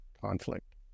conflict